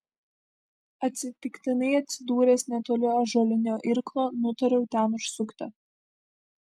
atsitiktinai atsidūręs netoli ąžuolinio irklo nutariau ten užsukti